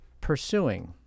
pursuing